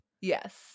Yes